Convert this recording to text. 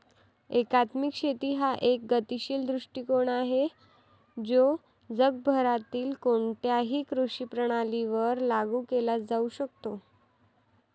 एकात्मिक शेती हा एक गतिशील दृष्टीकोन आहे जो जगभरातील कोणत्याही कृषी प्रणालीवर लागू केला जाऊ शकतो